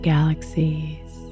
Galaxies